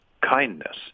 kindness